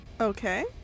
Okay